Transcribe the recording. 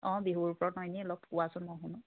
অঁ বিহুৰ ওপৰত ন এনেই অলপ কোৱাচোন মই শুনোঁ